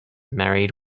married